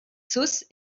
sauce